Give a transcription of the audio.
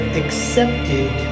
accepted